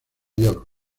york